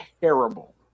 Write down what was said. terrible